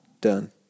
Done